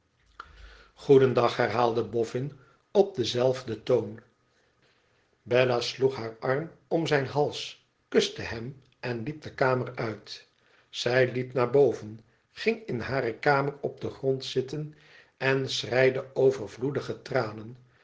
goedendag herhaalde bofïin op denzelfden toon bella sloeg haar arm om zijn hals kuste hem en liep de kamer uit zij liep naar boven ging in hare kamer op den grond zitten en schreide overvloedige tranen